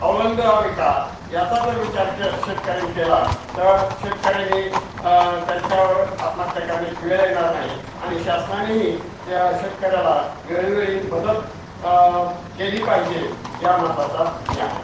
अवलंबावे का याचा जर विचार के शेतकऱ्याने केला तर शेतकऱ्यांनी त्यांच्यावर आत्महत्या करण्याची वेळ येणार नाही आणि शासनानेही श शेतकऱ्याला वेळोवेळी मदत केली पाहिजे या मताचा मी आहे